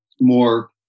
more